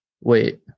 Wait